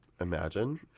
Imagine